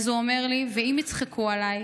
אז הוא אומר לי: ואם יצחקו עליי,